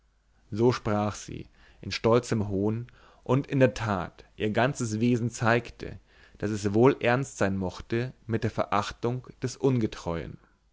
so sprach sie in stolzem hohn und in der tat ihr ganzes wesen zeigte daß es wohl ernst sein mochte mit der verachtung des ungetreuen